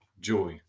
joy